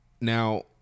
Now